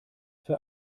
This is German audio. für